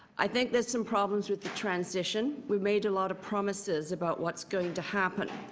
i think there's some problems with the transition. we made a lot of promises about what's going to happen.